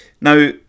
Now